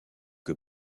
que